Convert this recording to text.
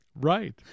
Right